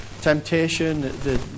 temptation